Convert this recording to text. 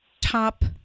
top